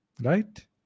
Right